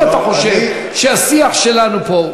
אם אתה חושב שהשיח שלנו פה,